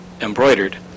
embroidered